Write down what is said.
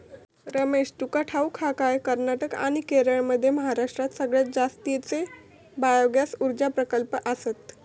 रमेश, तुका ठाऊक हा काय, कर्नाटक आणि केरळमध्ये महाराष्ट्रात सगळ्यात जास्तीचे बायोगॅस ऊर्जा प्रकल्प आसत